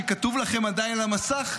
שכתוב לכם עדיין על המסך,